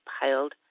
piled